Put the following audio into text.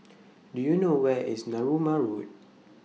Do YOU know Where IS Narooma Road